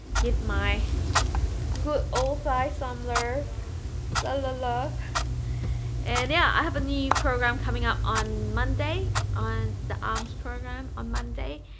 give my good old thigh some love la-la-love and yeah, i have a new program coming up on monday, on the arms program on monday,